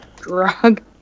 drug